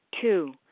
Two